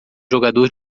jogador